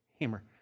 Hammer